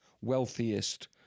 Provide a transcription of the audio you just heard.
wealthiest